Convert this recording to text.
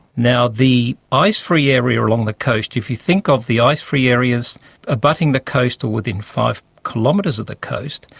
now the ice-free area along the coast, if you think of the ice-free areas abutting the coast, or within five kilometres of the coast,